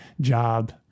job